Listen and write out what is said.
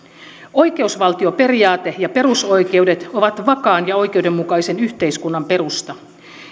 oikeusvaltioperiaate ja perusoikeudet ovat vakaan ja oikeudenmukaisen yhteiskunnan perusta